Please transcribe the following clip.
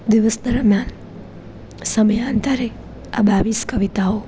દિવસ દરમિયાન સમયાંતરે આ બાવીસ કવિતાઓ